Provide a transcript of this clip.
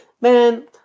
man